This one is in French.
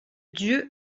dieu